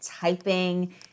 typing